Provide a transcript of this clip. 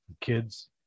Kids